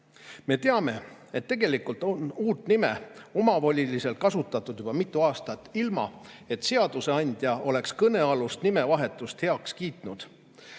teame, et tegelikult on uut nime omavoliliselt kasutatud juba mitu aastat, ilma et seadusandja oleks kõnealust nimevahetust heaks kiitnud.